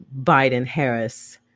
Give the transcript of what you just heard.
Biden-Harris